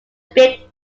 big